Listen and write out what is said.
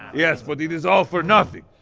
yes, but it is all for nothing.